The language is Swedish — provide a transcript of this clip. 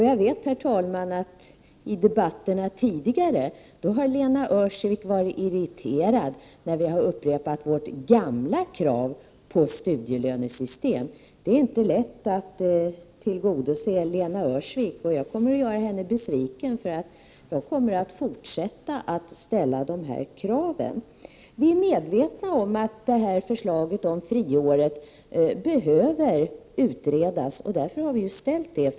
Jag vet, herr talman, att Lena Öhrsvik i tidigare debatter varit irriterad när vi i vpk upprepat våra gamla krav på ett studielönesystem. Det är inte lätt att tillgodose Lena Öhrsviks önskemål, och jag kommer att göra henne besviken eftersom jag kommer att fortsätta att ställa dessa krav. Vi är medvetna om att förslaget om ett första friår för den studerande behöver utredas. Det är därför som vi föreslagit detta.